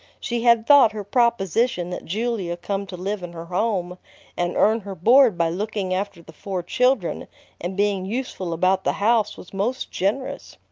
she had thought her proposition that julia come to live in her home and earn her board by looking after the four children and being useful about the house was most generous.